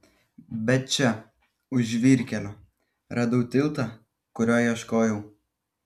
bet čia už žvyrkelio radau tiltą kurio ieškojau